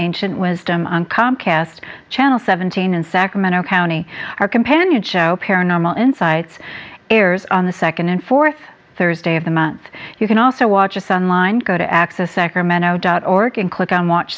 ancient wisdom on comcast channel seventeen in sacramento county our companion show paranormal insights airs on the second and fourth thursday of the month you can also watch us on line go to access sacramento dot org and click on watch